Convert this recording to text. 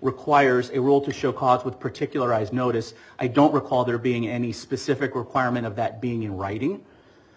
requires a rule to show cause with particularize notice i don't recall there being any specific requirement of that being in writing